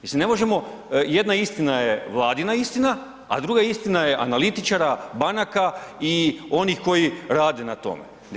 Mislim ne možemo, jedna istina je vladina istina, a druga istina je analitičara, banaka i onih koji rade na tome.